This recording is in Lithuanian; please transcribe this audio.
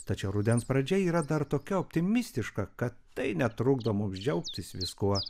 tačiau rudens pradžia yra dar tokia optimistiška kad tai netrukdo mums džiaugtis viskuo